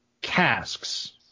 casks